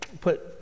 Put